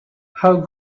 how